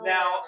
Now